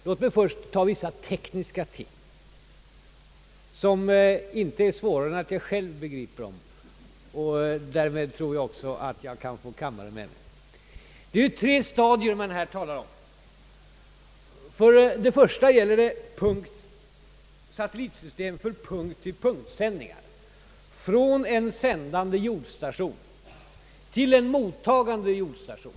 Låt mig först ta vissa tekniska ting, som inte är svårare än att jag själv begriper dem och därmed tror jag också att jag kan få kammaren med mig. Det är tre stadier man här talar om. Det första gäller satellitsystemet för punkt-till-punkt-sändning, från en sändande jordstation till en mottagande jordstation.